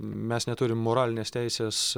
mes neturim moralinės teisės